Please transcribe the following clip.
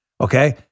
okay